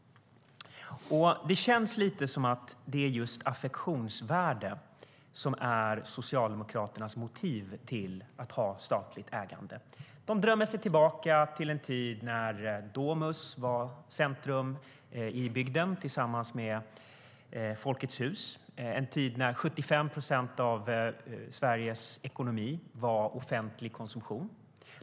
Det känns lite som att det är just affektionsvärde som är Socialdemokraternas motiv till att ha statligt ägande. De drömmer sig tillbaka till en tid när Domus var centrum i bygden tillsammans med Folkets Hus, en tid när 75 procent av Sveriges ekonomi var offentlig konsumtion.